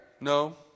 No